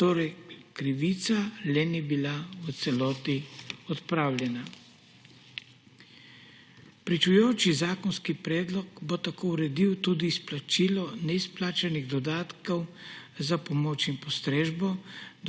Torej krivica le ni bila v celoti odpravljena. Pričujoči zakonski predlog bo tako uredil tudi izplačilo neizplačanih dodatkov za pomoč in postrežbo,